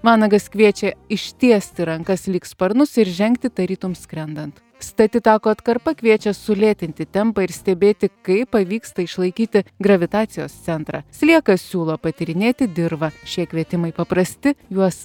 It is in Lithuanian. vanagas kviečia ištiesti rankas lyg sparnus ir žengti tarytum skrendant stati tako atkarpa kviečia sulėtinti tempą ir stebėti kaip pavyksta išlaikyti gravitacijos centrą sliekas siūlo patyrinėti dirvą šie kvietimai paprasti juos